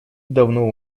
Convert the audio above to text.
давно